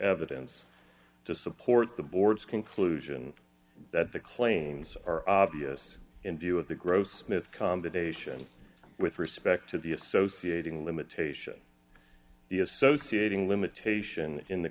evidence to support the board's conclusion that the claims are obvious in view of the grossmith combination with respect to the associating limitation the associating limitation in the